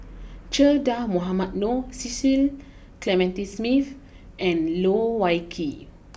Che Dah Mohamed Noor Cecil Clementi Smith and Loh Wai Kiew